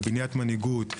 בבניית מנהיגות,